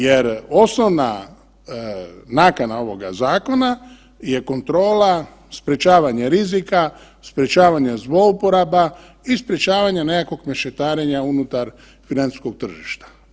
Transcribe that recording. Jer osnovna nakana ovog zakona je kontrola sprečavanje rizika, sprečavanje zlouporaba i sprečavanje nekakvog mešetarenja unutar financijskog tržišta.